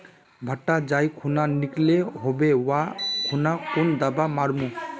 भुट्टा जाई खुना निकलो होबे वा खुना कुन दावा मार्मु?